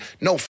no